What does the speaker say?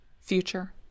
Future